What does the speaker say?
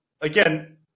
Again